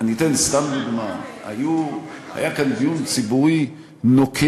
אני אתן סתם דוגמה: היה כאן דיון ציבורי נוקב